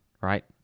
right